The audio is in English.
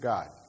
God